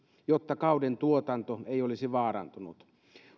jotta kauden tuotanto ei olisi vaarantunut